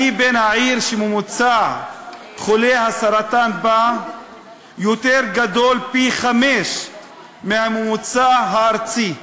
אני בן העיר שממוצע חולי הסרטן בה גדול פי-חמישה מהממוצע הארצי.